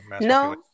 No